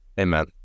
amen